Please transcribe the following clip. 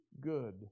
good